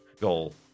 goal